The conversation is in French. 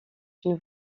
une